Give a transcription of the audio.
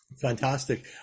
Fantastic